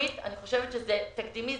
לאומית אני חושבת שזה עניין תקדימי.